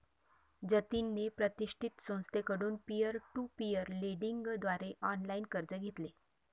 जतिनने प्रतिष्ठित संस्थेकडून पीअर टू पीअर लेंडिंग द्वारे ऑनलाइन कर्ज घेतले